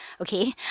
Okay